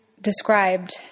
described